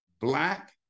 Black